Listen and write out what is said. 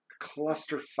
clusterfuck